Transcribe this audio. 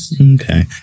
okay